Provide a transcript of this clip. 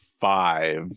five